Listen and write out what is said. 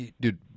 dude